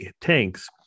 tanks